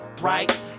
right